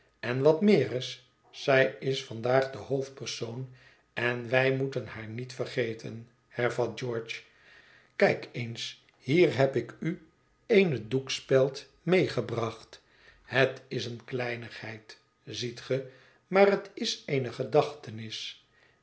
en wat meer is zij is vandaag de hoofdpersoon en wij moeten haar niet vergeten hervat george kijk eens hier heb ik u eene doekspeld meegebracht het is eene kleinigheid ziet ge maar het is eene